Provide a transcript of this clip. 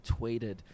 tweeted